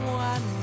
one